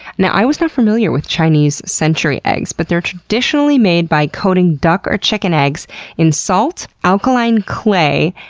now, i was not familiar with chinese century eggs, but they're traditionally made by coating duck or chicken eggs in salt, alkaline clay,